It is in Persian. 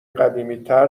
قدیمیتر